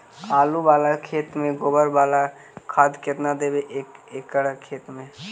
आलु बाला खेत मे गोबर बाला खाद केतना देबै एक एकड़ खेत में?